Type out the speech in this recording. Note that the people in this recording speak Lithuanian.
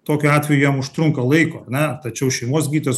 tokiu atveju jam užtrunka laiko ar ne tačiau šeimos gydytojas